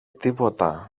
τίποτα